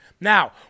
Now